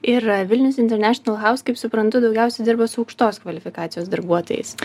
ir vilnius international house kaip suprantu daugiausiai dirba su aukštos kvalifikacijos darbuotojais